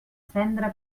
cendra